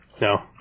No